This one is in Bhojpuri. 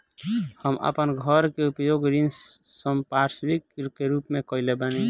हम आपन घर के उपयोग ऋण संपार्श्विक के रूप में कइले बानी